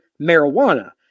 marijuana